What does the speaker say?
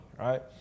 right